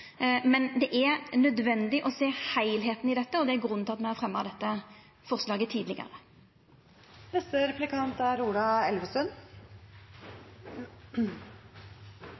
Men det er nødvendig å sjå heilskapen i dette, og det er grunnen til at me har fremja dette forslaget tidlegare. Vi må kutte klimagassutslipp, og det er